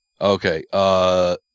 Okay